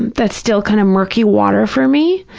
and that's still kind of murky water for me,